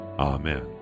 Amen